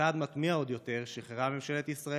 ובצעד מתמיה עוד יותר שחררה ממשלת ישראל